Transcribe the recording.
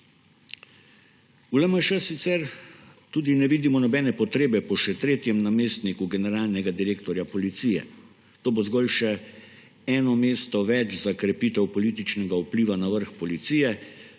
V LMŠ sicer tudi ne vidimo nobene potrebe po še tretjem namestniku generalnega direktorja policije. To bo zgolj še eno mesto več za krepitev političnega vpliva na vrh policije,